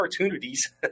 opportunities